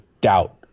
doubt